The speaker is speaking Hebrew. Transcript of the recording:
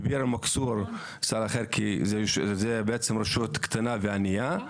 בביר אל-מכסור סל אחר כי זו רשות קטנה ועניה,